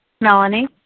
Melanie